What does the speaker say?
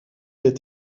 est